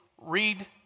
read